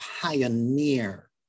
pioneer